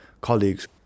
colleagues